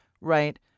right